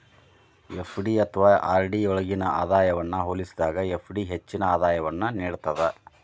FD ಅಥವಾ RD ಯೊಳ್ಗಿನ ಆದಾಯವನ್ನ ಹೋಲಿಸಿದಾಗ ಎಫ್.ಡಿ ಹೆಚ್ಚಿನ ಆದಾಯವನ್ನು ನೇಡ್ತದ